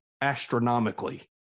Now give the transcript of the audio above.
astronomically